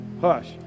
Hush